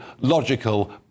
logical